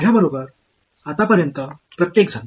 माझ्याबरोबर आतापर्यंत प्रत्येकजण